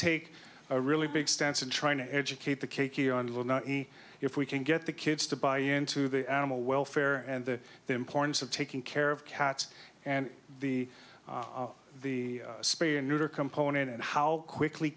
take a really big stance in trying to educate the cake if we can get the kids to buy into the animal welfare and the importance of taking care of cats and the the spear neuter component and how quickly